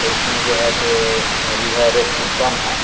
तो उसमें जो है से अभी है रेट है कुछ कम है